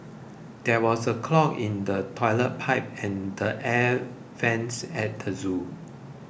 there was a clog in the Toilet Pipe and the Air Vents at the zoo